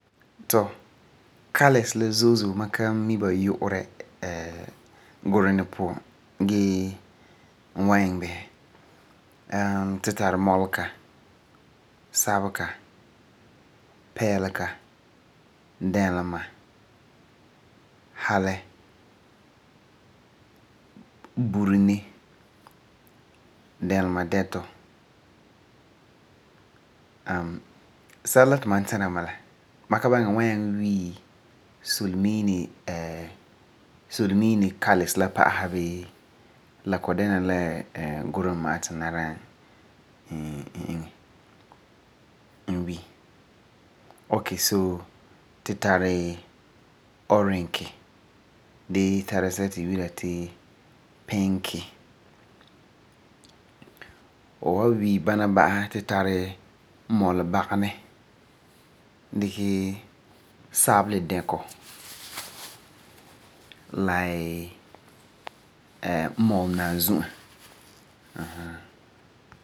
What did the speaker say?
Tɔ, colours la zo'e zo'e ma ka mi ba yu'urɛ Gurenɛ puan gee n wa iŋɛ bisɛ. tu tari mɔlega, sabega, pɛɛlega, dɛlema, halɛ, burene, dɛlemadɛtɔ, sɛla ti ma tɛra n bala, ma ka baŋɛ n wa nyaŋɛ wi solemiine solemiine colours la pa'asɛ bii la kɔ'ɔm dɛna la Gurune puan ma'a. Dikɛ sabedɛgɔ la mɔlenazu'a, ahaaa!